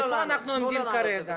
עם מה אנחנו עומדים כרגע?